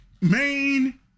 main